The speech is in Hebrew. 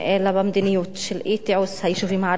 אלא במדיניות של אי-תיעוש היישובים הערביים.